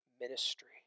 ministry